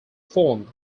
formed